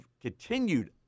continued